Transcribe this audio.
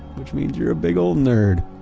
which means you're a big old nerd,